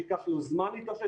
ייקח לו זמן להתאושש.